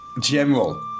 General